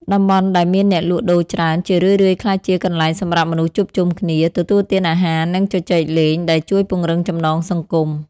តំបន់ដែលមានអ្នកលក់ដូរច្រើន ជារឿយៗក្លាយជាកន្លែងសម្រាប់មនុស្សជួបជុំគ្នា ទទួលទានអាហារ និងជជែកលេង ដែលជួយពង្រឹងចំណងសង្គម ។